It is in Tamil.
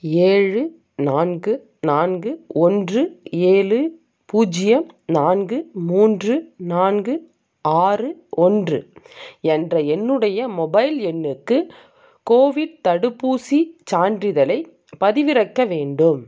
ஏழு நான்கு நான்கு ஒன்று ஏழு பூஜ்ஜியம் நான்கு மூன்று நான்கு ஆறு ஒன்று என்ற என்னுடைய மொபைல் எண்ணுக்கு கோவிட் தடுப்பூசிச் சான்றிதழைப் பதிவிறக்க வேண்டும்